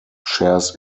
shares